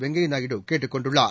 வெங்கைய நாயுடு கேட்டுக் கொண்டுள்ளார்